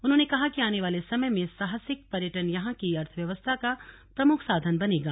उन्होंने कहा कि आने वाले समय में साहसिक पर्यटन यहां की अर्थव्यवस्था का प्रमुख साधन बनेगा